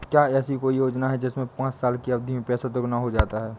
क्या ऐसी कोई योजना है जिसमें पाँच साल की अवधि में पैसा दोगुना हो जाता है?